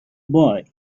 boy